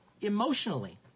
emotionally